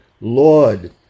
Lord